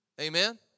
Amen